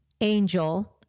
Angel